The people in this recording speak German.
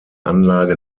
anlage